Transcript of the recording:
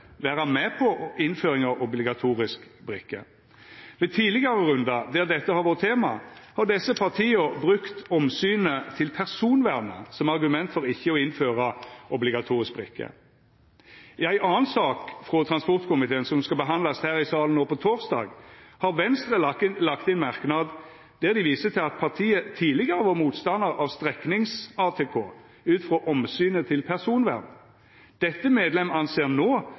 vera med på innføring av obligatorisk brikke. Ved tidlegare rundar der dette har vore tema, har desse partia brukt omsynet til personvernet som argument for ikkje å innføra obligatorisk brikke. I ei anna sak frå transportkomiteen, som skal behandlast her i salen no på torsdag, har Venstre lagt inn merknad der dei viser til at partiet tidlegare var motstandar av streknings-ATK ut frå omsynet til personvern: «Dette medlem anser